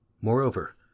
Moreover